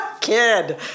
kid